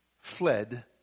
fled